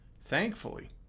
Thankfully